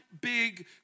big